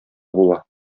була